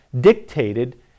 dictated